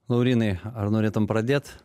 laurynai ar norėtum pradėt